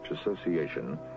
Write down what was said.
Association